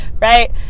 Right